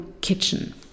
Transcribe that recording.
kitchen